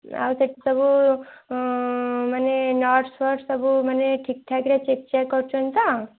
ଆଉ ସେଠି ସବୁ ମାନେ ନର୍ସ୍ ଫର୍ସ୍ ସବୁ ମାନେ ଠିକଠାକରେ ଚେକ୍ ଚାକ୍ କରୁଛନ୍ତି ତ